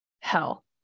hell